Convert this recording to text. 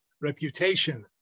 reputation